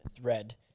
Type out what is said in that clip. thread